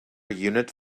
unit